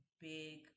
big